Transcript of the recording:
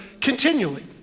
continually